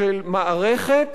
של מערכת,